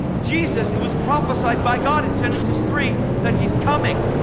jesus, it was prophesied by god in genesis three that he's coming.